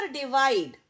divide